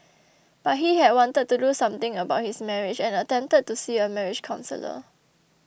but he had wanted to do something about his marriage and attempted to see a marriage counsellor